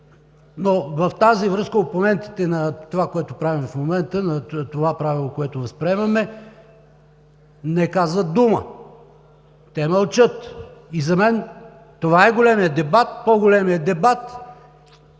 им! В тази връзка обаче опонентите на това, което правим в момента, на това правило, което възприемаме, не казват дума. Те мълчат! За мен това е големият дебат, по-големият дебат!